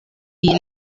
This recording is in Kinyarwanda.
iyi